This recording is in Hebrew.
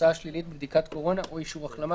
תוצאה שלילית בבדיקת קורונה או אישור החלמה,